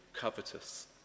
covetous